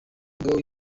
umugaba